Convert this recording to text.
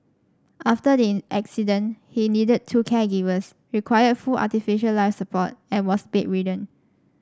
after the accident he needed two caregivers required full artificial life support and was bedridden